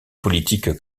politiques